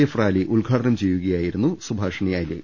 F rally ഉദ്ഘാടനം ചെയ്യുകയായിരുന്നു സുഭാഷിണി അലി